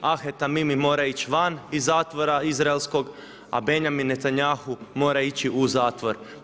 Ahed Tamimi mora ići van iz zatvora Izraelskog a Benjamin Netanjahu mora ići u zatvor.